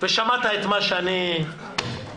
ושמעת את מה שאני מבקש.